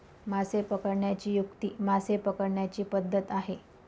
मासे पकडण्याची युक्ती मासे पकडण्याची पद्धत आहे